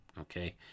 Okay